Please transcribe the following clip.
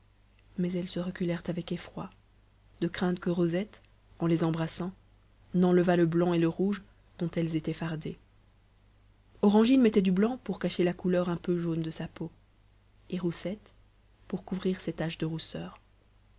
mais elles se reculèrent avec effroi de crainte que rosette en les embrassant n'enlevât le blanc et le rouge dont elles étaient fardées orangine mettait du blanc pour cacher la couleur un peu jaune de sa peau et roussette pour couvrir ses taches de rousseur